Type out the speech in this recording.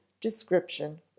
description